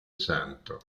santo